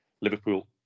Liverpool